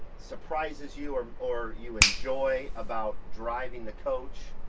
surprises you or or you enjoy about driving the coach?